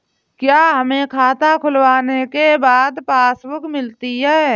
क्या हमें खाता खुलवाने के बाद पासबुक मिलती है?